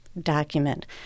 document